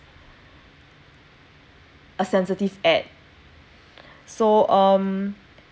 a sensitive ad so um